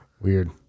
weird